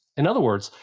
in other words,